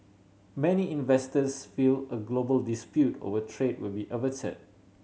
many investors feel a global dispute over trade will be averted